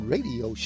Radio